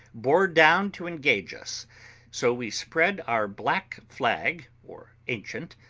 bore down to engage us so we spread our black flag, or ancient,